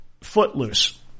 Footloose